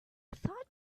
thought